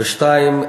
ו-2.